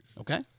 Okay